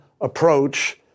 approach